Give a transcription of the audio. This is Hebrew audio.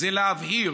להבהיר